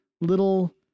little